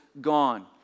gone